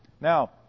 Now